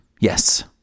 Yes